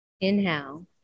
inhale